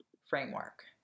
framework